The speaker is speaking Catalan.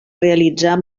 realitzar